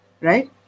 Right